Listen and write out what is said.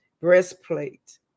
breastplate